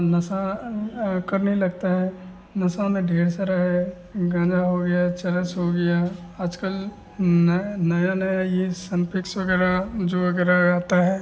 नशा करने लगता है नशा में ढेर सारे हैं गाँजा हो गया चरस हो गया आज कल नया नया नया ये सनफिक्स वग़ैरह जो वग़ैरह रहता है